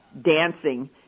dancing